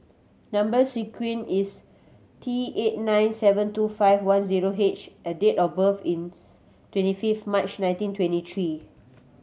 number sequence is T eight nine seven two five one zero H and date of birth is twenty fifth March nineteen twenty three